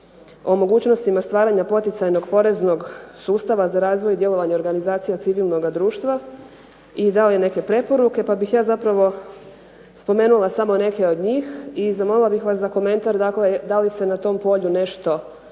o mogućnostima stvaranja poticajnog poreznog sudstva za razvoj i djelovanje organizacija civilnoga društva i dali neke preporuke. Pa bih ja spomenula samo neke od njih i zamolila bih vas za komentar da li se na tom polju nešto